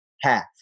half